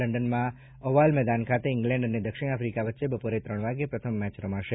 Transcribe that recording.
લંડનના Oval મેદાન ખાતે England અને દક્ષિણ આફ્રિકા વચ્ચે બપોરે ત્રણ વાગે પ્રથમ મેચ રમાશે